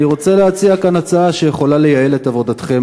אני רוצה להציע כאן הצעה שיכולה לייעל את עבודתכם